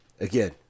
Again